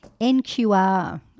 NQR